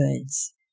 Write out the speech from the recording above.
goods